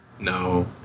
No